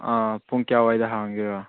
ꯑꯥ ꯄꯨꯡ ꯀꯌꯥꯋꯥꯏꯗ ꯍꯥꯡꯒꯦꯔꯥ